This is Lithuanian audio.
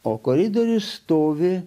o koridoriuje stovi